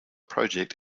project